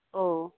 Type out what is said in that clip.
ᱳ